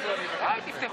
אבל זה נאום של נתניהו.